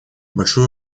большую